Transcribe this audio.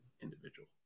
individual